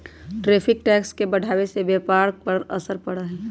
tariff tax के बढ़ावे से व्यापार पर का असर पड़ा हई